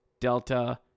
Delta